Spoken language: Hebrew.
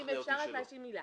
אם אפשר רק להשלים מילה.